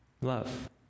love